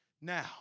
Now